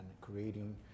creating